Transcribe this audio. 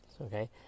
Okay